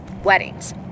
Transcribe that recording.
weddings